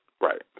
Right